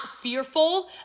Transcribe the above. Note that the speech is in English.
fearful